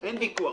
אין ויכוח.